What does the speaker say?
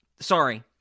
Sorry